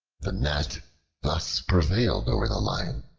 the gnat thus prevailed over the lion,